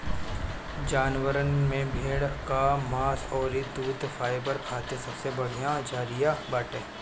जानवरन में भेड़ कअ मांस अउरी दूध फाइबर खातिर सबसे बढ़िया जरिया बाटे